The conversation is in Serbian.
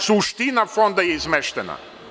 Suština Fonda je izmeštena.